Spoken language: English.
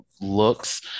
looks